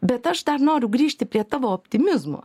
bet aš dar noriu grįžti prie tavo optimizmo